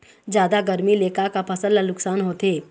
जादा गरमी ले का का फसल ला नुकसान होथे?